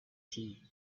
tea